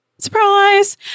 Surprise